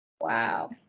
Wow